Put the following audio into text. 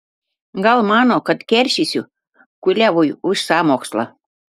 gal mano kad keršysiu kuliavui už sąmokslą